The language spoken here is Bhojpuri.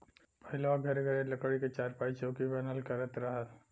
पहिलवां घरे घरे लकड़ी क चारपाई, चौकी बनल करत रहल